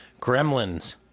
Gremlins